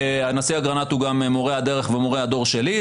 הנשיא אגרנט הוא גם מורה הדרך ומורה הדור שלי,